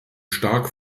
stark